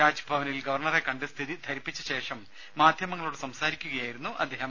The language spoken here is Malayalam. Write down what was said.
രാജ്ഭവനിൽ ഗവർണ്ണറെ കണ്ട് സ്ഥിതി ധരിപ്പിച്ച ശേഷം മാധ്യമങ്ങളോട് സംസാരിക്കുകയായിരുന്നു അദ്ദേഹം